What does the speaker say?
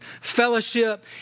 fellowship